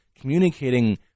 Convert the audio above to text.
communicating